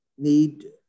need